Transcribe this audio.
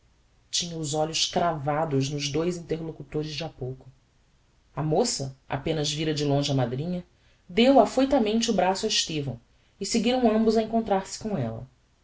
tinha os olhos cravados nos dous interlocutores de ha pouco a moça apenas vira de longe a madrinha deu affoutamente o braço a estevão e seguiram ambos a encontrar-se com ella